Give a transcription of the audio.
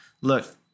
Look